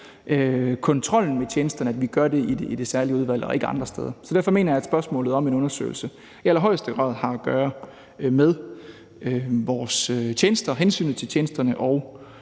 kontrollen med tjenesterne, altså at vi gør det i det særlige udvalg og ikke andre steder. Derfor mener jeg, at spørgsmålet om en undersøgelse i allerhøjeste grad har at gøre med vores tjenester og hensynet til tjenesterne og